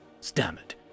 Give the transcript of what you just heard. stammered